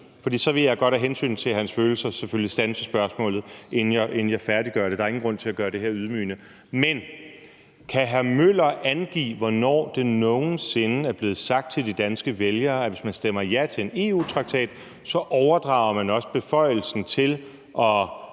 det? Så vil jeg godt af hensyn til hans følelser selvfølgelig standse spørgsmålet, inden jeg færdiggør det; der er ingen grund til at gøre det her ydmygende. Kan hr. Henrik Møller angive, hvornår det nogen sinde er blevet sagt til de danske vælgere, at hvis man stemmer ja til en EU-traktat, overdrager man også have beføjelsen til at